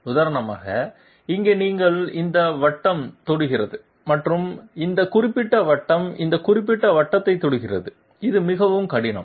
உதாரணமாக இங்கே நீங்கள் இந்த வட்டம் தொடுகிறது மற்றும் இந்த குறிப்பிட்ட வட்டம் இந்த குறிப்பிட்ட வட்டத்தைத் தொடுகிறது இது மிகவும் கடினம்